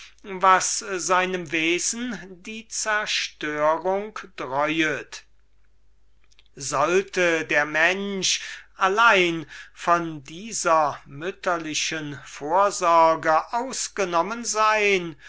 was seinem wesen die zerstörung dräuet sollte der mensch allein von dieser mütterlichen vorsorge ausgenommen sein